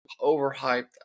overhyped